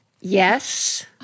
Yes